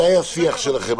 מתי השיח שלכם?